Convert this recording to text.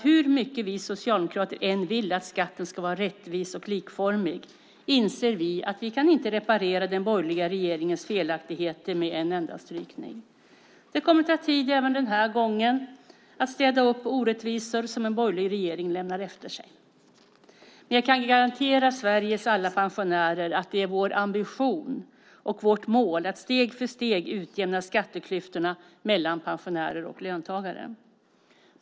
Hur mycket vi socialdemokrater än vill att skatten ska vara rättvis och likformig inser vi att vi inte kan reparera den borgerliga regeringens felaktigheter i ett enda penndrag. Det kommer även den här gången att ta tid att städa upp orättvisor som en borgerlig regering lämnar efter sig. Men jag kan garantera Sveriges alla pensionärer att det är vår ambition och vårt mål att steg för steg utjämna skatteklyftorna mellan pensionärer och löntagare.